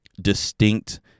distinct